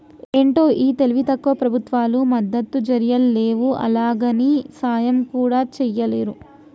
ఏంటో ఈ తెలివి తక్కువ ప్రభుత్వాలు మద్దతు ధరియ్యలేవు, అలాగని సాయం కూడా చెయ్యలేరు